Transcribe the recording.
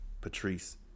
Patrice